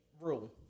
Rule